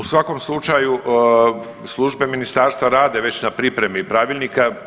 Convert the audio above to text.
U svakom slučaju službe ministarstva rade već na pripremi pravilnika.